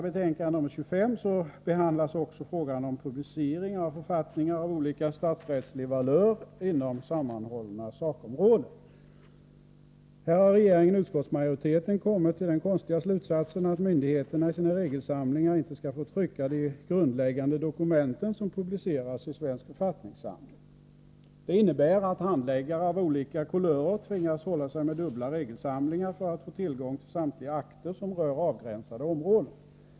I betänkande 25 behandlas också frågan om publicering av författningar av olika statsrättslig valör inom sammanhållna sakområden. Här har regeringen och utskottsmajoriteten kommit till den konstiga slutsatsen att myndigheterna i sina regelsamlingar inte skall få trycka de grundläggande dokumenten som publiceras i svensk författningssamling. Det innebär att handläggare av olika kulörer tvingas hålla sig med dubbla regelsamlingar för att få tillgång till samtliga akter som rör avgränsade områden.